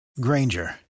Granger